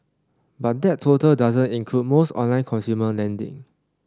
but that total doesn't include most online consumer lending